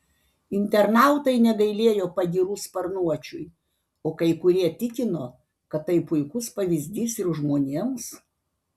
internautai negailėjo pagyrų sparnuočiui o kai kurie tikino kad tai puikus pavyzdys ir žmonėms